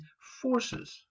forces